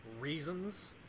reasons